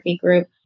Group